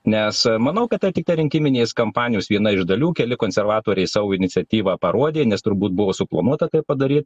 nes manau kad tai tiktai rinkiminės kampanijos viena iš dalių keli konservatoriai savo iniciatyvą parodė nes turbūt buvo suplanuota tai padaryt